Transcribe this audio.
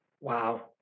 Wow